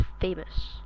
famous